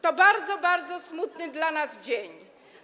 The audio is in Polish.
To bardzo, bardzo smutny dla nas dzień.